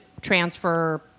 transfer